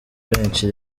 benshi